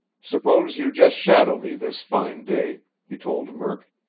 suppose you just shadow me this fine day, he told murk.